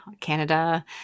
canada